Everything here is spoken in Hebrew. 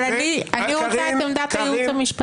אבל אני רוצה את עמדת הייעוץ המשפטי.